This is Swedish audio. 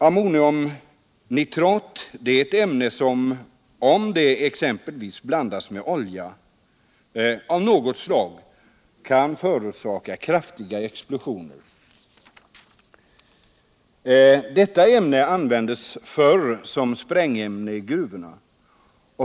Ammoniumnitrat är ett ämne som, om det exempelvis blandas med olja av något slag, kan förorsaka kraftiga explosioner. Detta ämne användes förr som sprängämne i gruvorna.